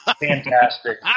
Fantastic